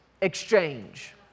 exchange